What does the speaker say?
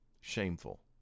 shameful